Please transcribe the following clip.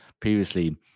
previously